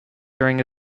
during